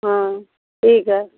हाँ ठीक है